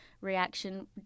reaction